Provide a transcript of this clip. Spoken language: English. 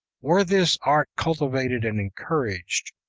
were this art cultivated and encouraged,